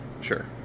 Sure